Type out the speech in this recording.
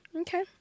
Okay